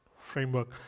framework